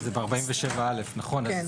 צריך